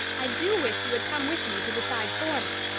i do wish you had come with me to decide for me.